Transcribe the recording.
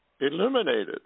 eliminated